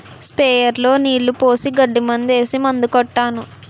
sprayer లో నీళ్లు పోసి గడ్డి మందేసి మందు కొట్టాను